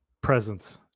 presence